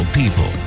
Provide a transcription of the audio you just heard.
people